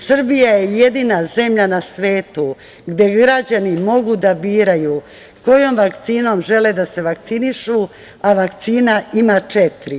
Srbija je jedina zemlja na svetu gde građani mogu da biraju kojom vakcinom žele da se vakcinišu, a vakcinu ima četiri.